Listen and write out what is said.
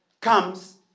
comes